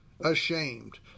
ashamed